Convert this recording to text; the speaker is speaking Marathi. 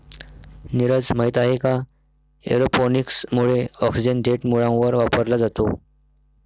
नीरज, माहित आहे का एरोपोनिक्स मुळे ऑक्सिजन थेट मुळांवर वापरला जातो